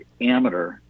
Amateur